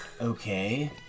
Okay